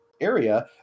area